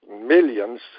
millions